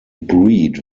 breed